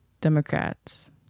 Democrats